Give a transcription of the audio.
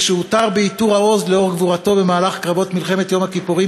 שעוטר בעיטור העוז לאור גבורתו במהלך קרבות מלחמת יום הכיפורים,